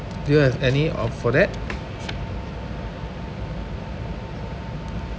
do you have any of for that